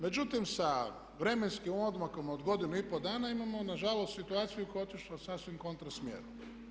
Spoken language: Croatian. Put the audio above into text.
Međutim, sa vremenskim odmakom od godinu i pol dana imamo na žalost situaciju koja je otišla u sasvim kontra smjeru.